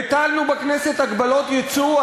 הטלנו בכנסת הגבלות יצוא.